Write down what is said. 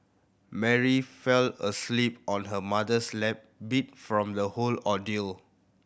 Mary fell asleep on her mother's lap beat from the whole ordeal